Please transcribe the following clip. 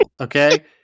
Okay